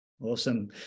Awesome